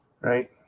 Right